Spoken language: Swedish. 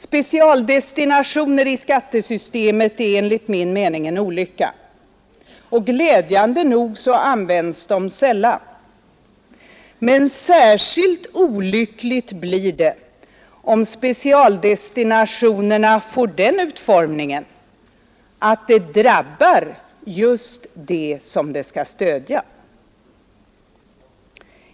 Specialdestinationer i skattesystemet är enligt min mening en olycka, och glädjande nog används de sällan, men särskilt olyckligt blir det om specialdestinationerna får den utformningen att de drabbar just dem som de skall stödja.